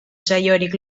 saiorik